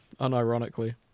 Unironically